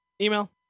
Email